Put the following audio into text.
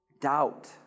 Doubt